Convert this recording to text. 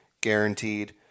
guaranteed